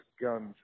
guns